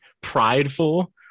prideful